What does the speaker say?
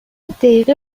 دیقه